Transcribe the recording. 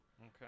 Okay